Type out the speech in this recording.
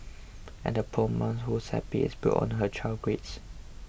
and the poor mum whose happiness is built on her child's grades